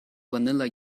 vanilla